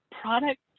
product